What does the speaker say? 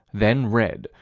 then red.